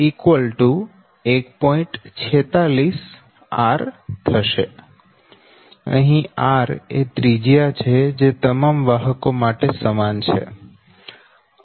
અહી r એ ત્રિજ્યા છે જે તમામ વાહકો માટે સમાન છે